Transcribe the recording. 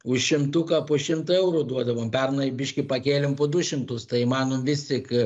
už šimtuką po šimtą eurų duodavom pernai biškį pakėlėm po du šimtus tai manom vis tik